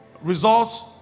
results